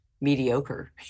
mediocre